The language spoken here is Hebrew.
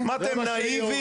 מה, אתם נאיביים?